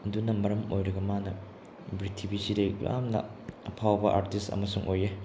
ꯑꯗꯨꯅ ꯃꯔꯝ ꯑꯣꯏꯔꯒ ꯃꯥꯟꯅ ꯄ꯭ꯔꯤꯊꯤꯕꯤꯁꯤꯗ ꯌꯥꯝꯅ ꯑꯐꯥꯎꯕ ꯑꯥꯔꯇꯤꯁ ꯑꯃꯁꯨ ꯑꯣꯏꯌꯦ